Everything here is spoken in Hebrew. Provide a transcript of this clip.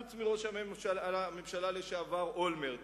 חוץ מראש הממשלה לשעבר אולמרט.